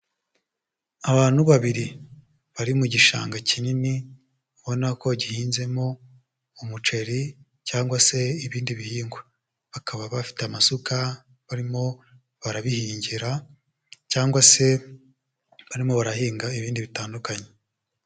Abantu babiri, bari mu gishanga kinini, ubona ko gihinzemo umuceri cyangwa se ibindi bihingwa. Bakaba bafite amasuka, barimo barabihingira cyangwa se barimo barahinga ibindi bitandukanye.